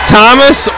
Thomas